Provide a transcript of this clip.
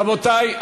רבותי,